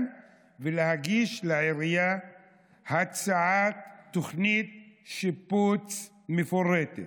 ולהגיש לעירייה הצעת תוכנית שיפוץ מפורטת.